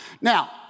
Now